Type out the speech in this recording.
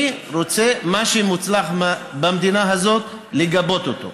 אני רוצה, מה שמוצלח במדינה הזאת, לגבות אותו.